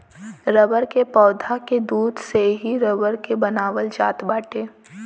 rubber के पौधा के दूध से ही रबर के बनावल जात बाटे